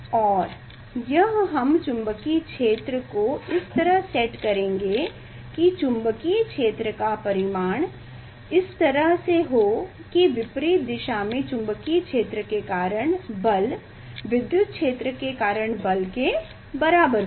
और यह हम चुंबकीय क्षेत्र को इस तरह सेट करेंगे कि चुंबकीय क्षेत्र का परिमाण इस तरह से हो कि विपरीत दिशा में चुंबकीय क्षेत्र के कारण बल विद्युत क्षेत्र के कारण बल के बराबर होगा